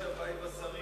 שהדברים לשרים,